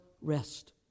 rest